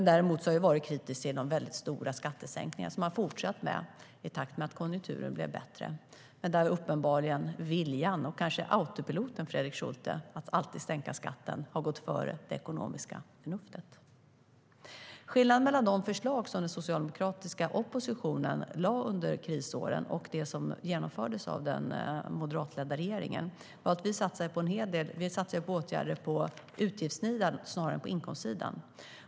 Däremot har jag varit kritisk till de stora skattesänkningar som ni har fortsatt med i takt med att konjunkturen blev bättre. Viljan och kanske autopiloten, Fredrik Schulte, att alltid sänka skatten har uppenbarligen gått före det ekonomiska förnuftet. Skillnaden mellan de förslag som den socialdemokratiska oppositionen lade fram under krisåren och det som genomfördes av den moderatledda regeringen var att vi satsade på åtgärder på utgiftssidan snarare än på inkomstsidan.